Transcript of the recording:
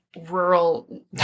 rural